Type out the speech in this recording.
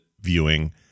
viewing